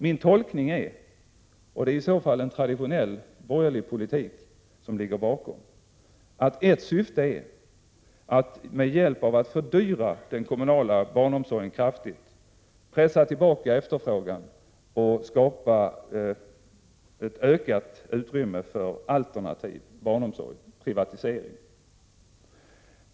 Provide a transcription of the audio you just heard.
Min tolkning är att syftet är att man genom att kraftigt fördyra den kommunala barnomsorgen vill pressa tillbaka efterfrågan och skapa ett ökat utrymme för alternativ barnomsorg, privatisering. Det är i så fall en traditionell borgerlig politik som ligger bakom.